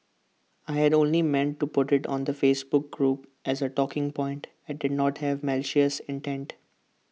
I'd only meant to put IT on the Facebook group as A talking point and did not have malicious intent